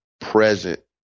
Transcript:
present